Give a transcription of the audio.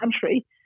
country